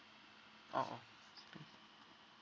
oh oh it's okay